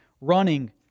Running